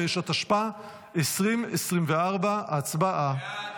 35), התשפ"ה 2024, הצבעה.